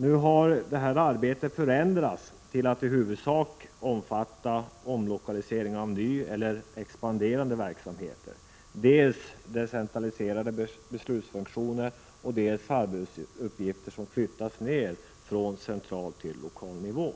Nu har det här arbetet förändrats till att i huvudsak omfatta omlokalisering av ny eller expanderande verksamhet, dels decentraliserade beslutsfunktioner, dels arbetsuppgifter som flyttats ner från central till lokal nivå.